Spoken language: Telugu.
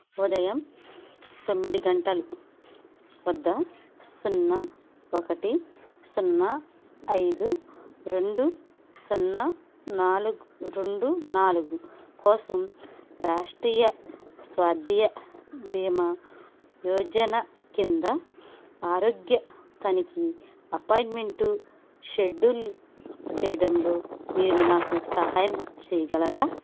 ఉదయం తొమ్మిది గంటలు వద్ద సున్నా ఒకటి సున్నా ఐదు రెండు సున్నా రెండు నాలుగు కోసం రాష్ట్రీయ స్వాస్థ్య బీమా యోజన కింద ఆరోగ్య తనిఖీ అపాయింట్మెంటు షెడ్యూల్ చేయడంలో మీరు నాకు సహాయం చేయగలరా